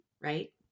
Right